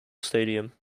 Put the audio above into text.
stadium